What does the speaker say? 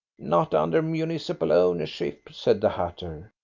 not under municipal ownership, said the hatter.